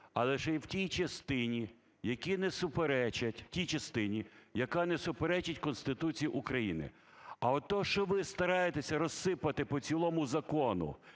в тій частині, яка не суперечить Конституції України. А от те, що ви стараєтесь розсипати по цілому закону